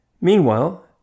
Meanwhile